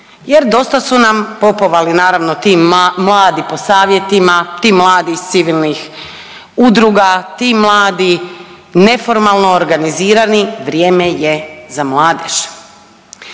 Jer dosta su nam popovali naravno ti mladi po savjetima, ti mladi iz civilnih udruga, ti mladi neformalno organizirani, vrijeme je za mladež.